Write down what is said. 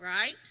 right